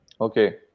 Okay